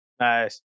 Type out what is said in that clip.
nice